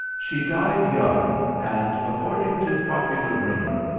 she died young, and, according to popular rumour,